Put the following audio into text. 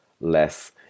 less